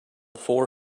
four